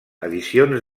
edicions